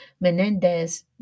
Menendez